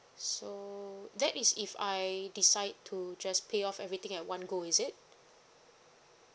so that is if I decide to just pay off everything at one go is it